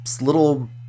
little